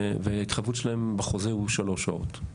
וההתחייבות שלהם בחוזה הוא שלוש שעות מקריאה.